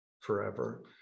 forever